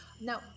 No